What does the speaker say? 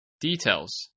Details